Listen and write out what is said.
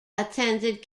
attended